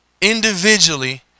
Individually